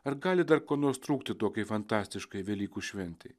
ar gali dar ko nors trūkti tokiai fantastiškai velykų šventei